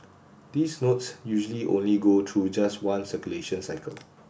these notes usually only go through just one circulation cycle